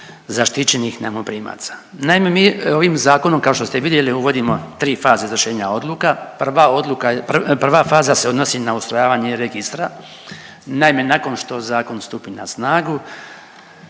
zaštićenih najmoprimaca. Naime, mi ovim zakonom kao što ste vidjeli uvodimo tri faze izvršenja odluka. Prva faza se odnosi na ustrojavanje registra. Naime, nakon što zakon stupi na snagu